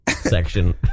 section